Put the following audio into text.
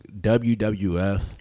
WWF